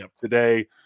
today